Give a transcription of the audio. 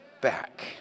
back